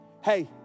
hey